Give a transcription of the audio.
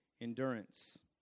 endurance